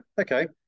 okay